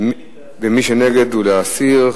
ומי שנגד, להסיר.